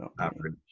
Average